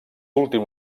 últim